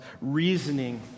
reasoning